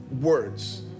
words